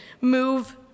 move